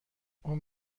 اون